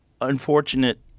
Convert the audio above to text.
unfortunate